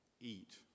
eat